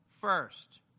first